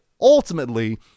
ultimately